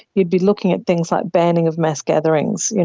you'd be looking at things like banning of mass gatherings, you know